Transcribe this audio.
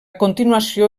continuació